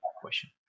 question